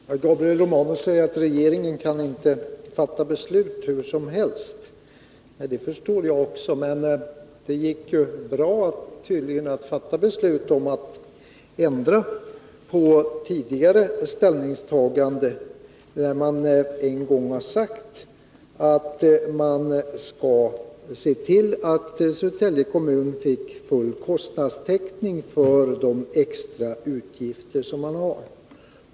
Herr talman! Gabriel Romanus säger att regeringen inte kan fatta beslut hur som helst. Det förstår jag också. Men det gick tydligen bra att fatta beslut om att ändra på tidigare ställningstagande. Man har ju en gång sagt att man skall se till att Södertälje kommun får full kostnadstäckning för de extra utgifter kommunen har.